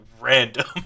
random